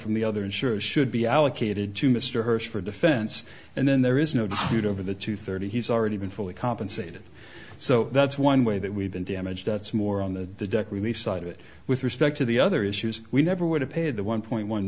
from the other insurer should be allocated to mr hersh for defense and then there is no dispute over the two thirty he's already been fully compensated so that's one way that we've been damaged that's more on the relief side of it with respect to the other issues we never would have paid the one point one